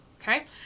Okay